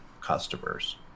customers